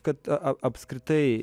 kad a apskritai